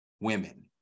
women